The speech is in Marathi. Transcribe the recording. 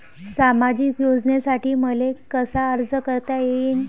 सामाजिक योजनेसाठी मले कसा अर्ज करता येईन?